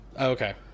okay